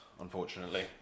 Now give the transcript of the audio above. unfortunately